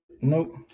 Nope